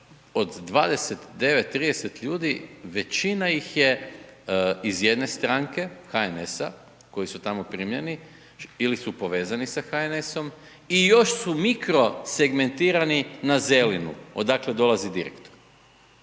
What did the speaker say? od 29, 30 ljudi većina ih je iz jedne stranke HNS-a koji su tamo primljeni ili su povezani sa HNS-om i još su mikrosegmentirani na Zelinu odakle dolazi direktor.